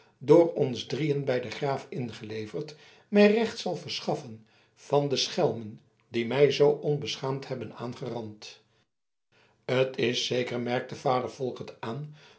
door ons drieën bij den graaf ingeleverd mij recht zal verschaffen van de schelmen die mij zoo onbeschaamd hebben aangerand t is zeker merkte vader volkert aan